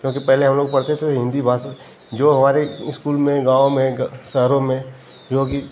क्योंकि पहले हम लोग पढ़ते थे हिन्दी भाषा जो हमारी इस्कूल में गाँव में शहरों में योगी